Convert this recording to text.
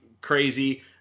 crazy